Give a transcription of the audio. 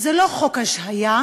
זה לא חוק השעיה,